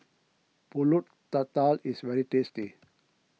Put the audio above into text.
Pulut Tatal is very tasty